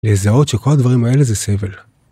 לזהות שכל הדברים האלה זה סבל.